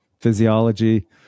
physiology